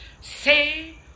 say